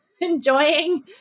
enjoying